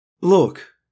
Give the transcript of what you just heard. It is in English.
Look